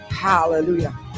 Hallelujah